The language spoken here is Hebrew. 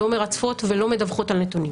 לא מרצפות ולא מדווחות על נתונים,